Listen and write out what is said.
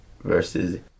Versus